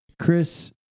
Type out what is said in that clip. Chris